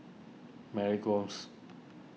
Mary Gomes